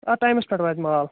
آ ٹایِمَس پٮ۪ٹھ واتہِ مال